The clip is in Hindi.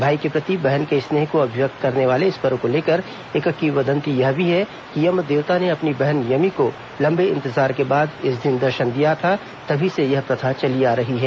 भाई के प्रति बहन के स्नेह को अभिव्यक्त करने वाले इस पर्व को लेकर एक किवदन्ति यह भी है कि यम देवता ने अपनी बहन यमी को लंबे इंतजार के बाद इस दिन दर्शन दिया था तभी से यह प्रथा चली आ रही है